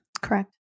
Correct